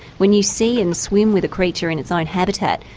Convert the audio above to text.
when you see and swim with a creature in its own habitat,